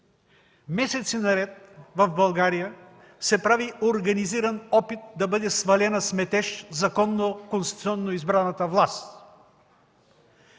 месеци наред в България се прави организиран опит да бъде свалена с метеж законно, конституционно избраната власт.